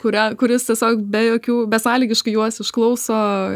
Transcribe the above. kurią kuris tiesiog be jokių besąlygiškai juos išklauso